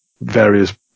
various